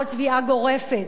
כל תביעה גורפת,